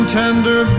tender